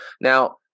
Now